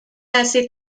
هستید